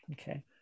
Okay